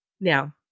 Now